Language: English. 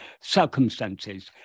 circumstances